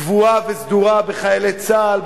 קבועה וסדורה בחיילי צה"ל,